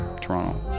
Toronto